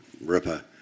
Ripper